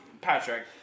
Patrick